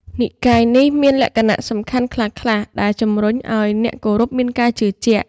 និកាយនេះមានលក្ខណៈសំខាន់ខ្លះៗដែលជំរុញឲ្យអ្នកគោរពមានការជឿជាក់។